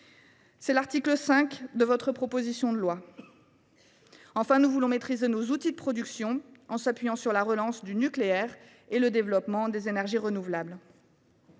à l’article 5 de votre proposition de loi. Enfin, nous souhaitons maîtriser nos outils de production en nous appuyant sur la relance du nucléaire et sur le développement des énergies renouvelables.